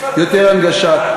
יותר הנגשה.